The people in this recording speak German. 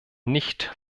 nicht